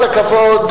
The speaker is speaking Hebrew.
כל הכבוד,